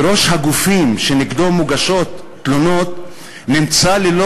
בראש הגופים שנגדם מוגשות תלונות נמצא ללא